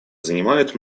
занимают